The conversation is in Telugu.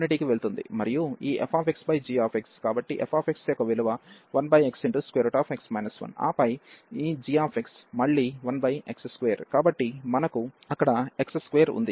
మరియు ఈ fxgx కాబట్టి f యొక్క విలువ 1xx 1 ఆపై ఈ g మళ్ళీ 1x2 కాబట్టి మనకు అక్కడ x స్క్వేర్ ఉంది